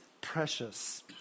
precious